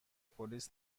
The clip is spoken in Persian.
پلیس